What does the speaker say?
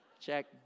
Check